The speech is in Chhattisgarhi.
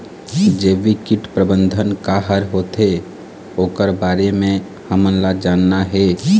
जैविक कीट प्रबंधन का हर होथे ओकर बारे मे हमन ला जानना हे?